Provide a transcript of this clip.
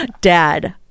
Dad